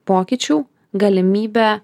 pokyčių galimybę